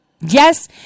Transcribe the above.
Yes